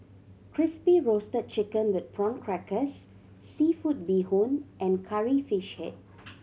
Crispy Roasted Chicken with Prawn Crackers seafood bee hoon and Curry Fish Head